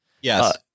Yes